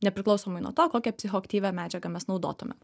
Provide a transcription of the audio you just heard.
nepriklausomai nuo to kokią psichoaktyvią medžiagą mes naudotume